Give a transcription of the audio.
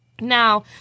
Now